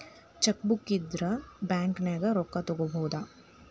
chequebook ಇದ್ರ ಬ್ಯಾಂಕ್ನ್ಯಾಗ ರೊಕ್ಕಾ ತೊಕ್ಕೋಬಹುದು